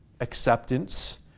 acceptance